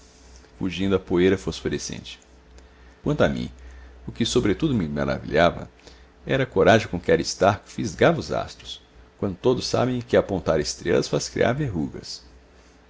fugindo a poeira fosforescente quanto a mim o que sobretudo me maravilhava era a coragem com que aristarco fisgava os astros quando todos sabem que apontar estrelas faz criar verrugas